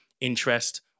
interest